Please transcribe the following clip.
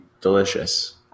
delicious